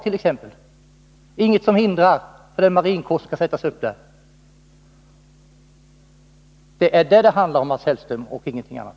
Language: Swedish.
Det är ingenting som hindrar när en marinkår skall sättas upp där. Det är detta det handlar om, Mats Hellström, och ingenting annat.